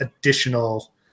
additional